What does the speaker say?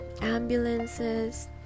ambulances